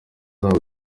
zabo